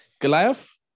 Goliath